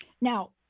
Now